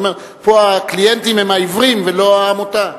אתה אומר שפה הקליינטים הם העיוורים, ולא העמותה.